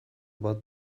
bat